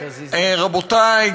רבותי,